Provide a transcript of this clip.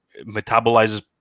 metabolizes